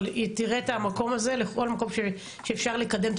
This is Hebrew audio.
אבל תראה את המקום הזה לכל מקום שאפשר לקדם את